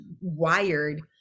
wired